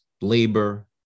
labor